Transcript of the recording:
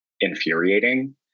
infuriating